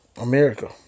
America